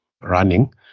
running